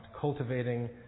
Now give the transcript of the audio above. cultivating